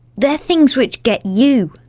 they're things which get you.